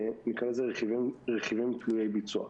נקרא לזה "רכיבים תלויי ביצוע".